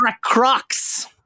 Crocs